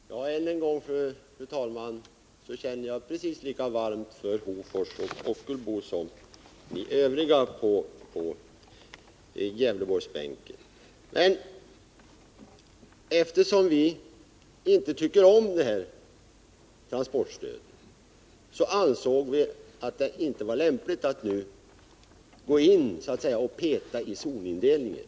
Fru talman! Än en gång vill jag betona att jag känner precis lika varmt för Hofors och Ockelbo som ni övriga på Gävleborgsbänken. Men eftersom vi socialdemokrater inte tycker om transportstödet ansåg vi att det inte var lämpligt att peta i zonindelningen.